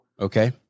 Okay